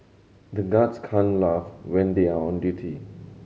the guards can't laugh when they are on duty